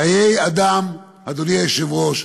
חיי אדם, אדוני היושב-ראש,